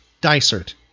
Dysert